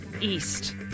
East